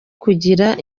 kugira